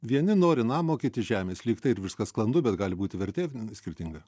vieni nori namo kiti žemės lyg tai ir viskas sklandu bet gali būti vertė skirtinga